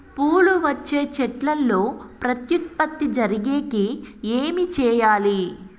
పూలు వచ్చే చెట్లల్లో ప్రత్యుత్పత్తి జరిగేకి ఏమి చేయాలి?